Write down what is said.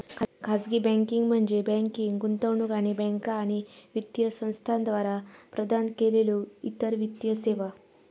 खाजगी बँकिंग म्हणजे बँकिंग, गुंतवणूक आणि बँका आणि वित्तीय संस्थांद्वारा प्रदान केलेल्यो इतर वित्तीय सेवा